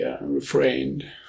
refrained